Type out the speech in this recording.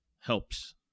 helps